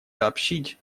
сообщить